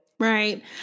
Right